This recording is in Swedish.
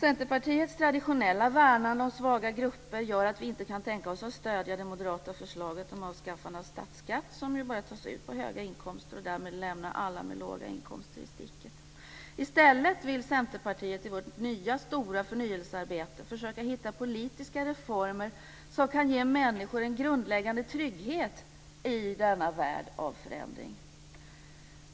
Centerpartiets traditionella värnande om svaga grupper gör att vi inte kan tänka oss att stödja det moderata förslaget om avskaffande av statsskatten, som ju bara tas ut på höga inkomster. Därmed lämnas ju alla med låga inkomster i sticket. I stället vill vi i Centerpartiet i vårt nya stora förnyelsearbete försöka hitta politiska reformer som kan ge människor en grundläggande trygghet i denna värld av förändring.